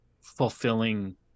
fulfilling